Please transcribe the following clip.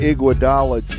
Iguodala